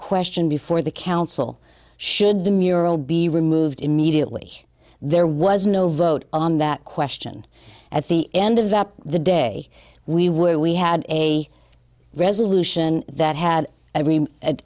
question before the council should the mural be removed immediately there was no vote on that question at the end of the day we were we had a resolution that had every